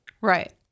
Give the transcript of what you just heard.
Right